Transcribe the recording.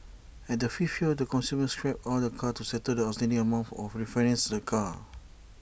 at the fifth year the consumer scraps all the car to settle the outstanding amount or refinances the car